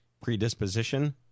Predisposition